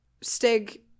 stig